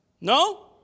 No